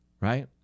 right